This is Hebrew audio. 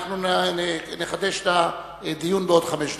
אנחנו נחדש את הדיון בעוד חמש דקות.